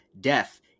Death